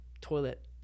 toilet